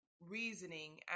reasoning